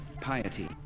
piety